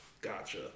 Gotcha